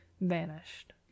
vanished